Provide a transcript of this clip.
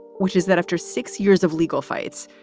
which is that after six years of legal fights,